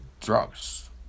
drugs